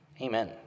amen